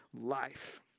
life